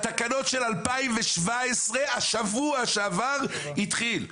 שהתקנות של 2017 בשבוע שעבר התחיל.